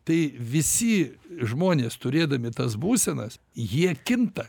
tai visi žmonės turėdami tas būsenas jie kinta